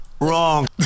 Wrong